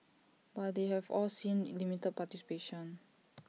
but they have all seen in limited participation